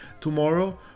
tomorrow